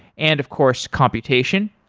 and of course computation.